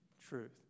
Truth